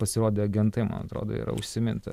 pasirodė agentai man atrodo yra užsiminta